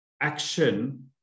action